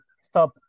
stop